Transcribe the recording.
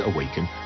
Awaken